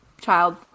child